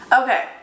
Okay